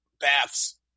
baths